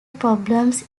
problems